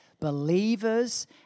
believers